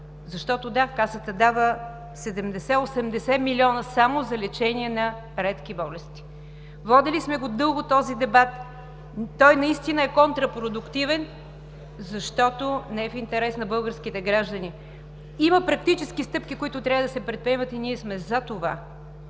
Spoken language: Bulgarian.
защото – да, Касата дава 70 – 80 милиона само за лечение на редки болести. Водили сме го дълго този дебат. Той наистина е контрапродуктивен, защото не е в интерес на българските граждани. Има практически стъпки, които трябва да се предприемат и ние сме „за“ това,